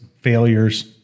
failures